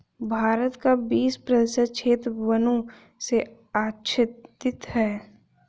भारत का बीस प्रतिशत क्षेत्र वनों से आच्छादित है